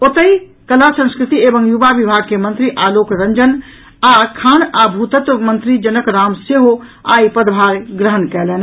ओतहि कला संस्कृति एवं युवा विभाग के मंत्री आलोक रंजन आ खान आ भूतत्व मंत्री जनक राम सेहो आइ पदभार ग्रहण कयलनि